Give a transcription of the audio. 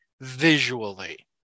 visually